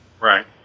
Right